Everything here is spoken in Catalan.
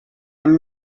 amb